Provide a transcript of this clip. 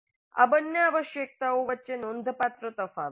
આ બંને આવશ્યકતાઓ વચ્ચે નોંધપાત્ર તફાવત છે